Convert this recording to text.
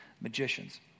magicians